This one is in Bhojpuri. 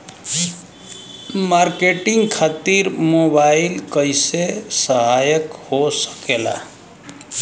मार्केटिंग खातिर मोबाइल कइसे सहायक हो सकेला?